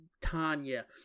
Tanya